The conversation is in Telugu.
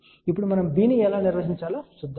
ఇప్పుడు మనము B ను ఎలా నిర్వచించాలో చూద్దాం